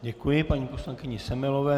Děkuji paní poslankyni Semelové.